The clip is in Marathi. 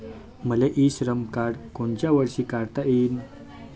मले इ श्रम कार्ड कोनच्या वर्षी काढता येईन?